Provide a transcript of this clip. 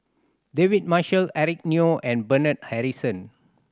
David Marshall Eric Neo and Bernard Harrison